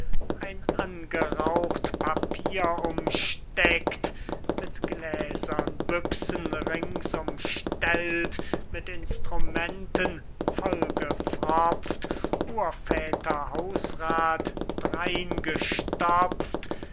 ein angeraucht papier umsteckt mit gläsern büchsen rings umstellt mit instrumenten vollgepfropft urväter hausrath